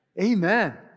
amen